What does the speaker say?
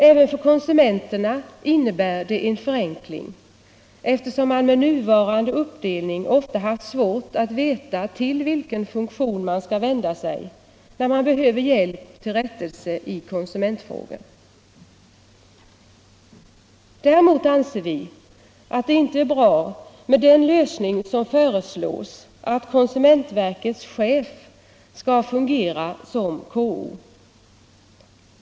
Även för konsumenterna innebär det en förenkling, eftersom man med nuvarande uppdelning ofta haft svårt att veta vilken myndighet man skall vända sig när man behöver hjälp till rättelse i konsumentfrågor. Däremot anser vi att det inte är en bra lösning, om konsumentverkets chef samtidigt kommer att fungera som KO.